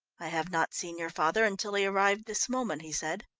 i have not seen your father until he arrived this moment, he said.